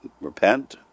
repent